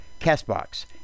Castbox